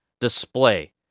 display